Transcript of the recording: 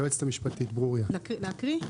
להקריא?